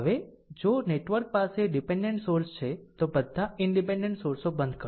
હવે જો નેટવર્ક પાસે ડીપેનડેન્ટ સોર્સ છે તો બધા ઈનડીપેનડેન્ટ સોર્સો બંધ કરો